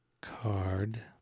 card